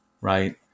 right